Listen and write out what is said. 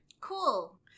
Cool